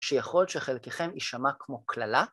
שיכול להיות שלחלקיכם יישמע כמו קללה.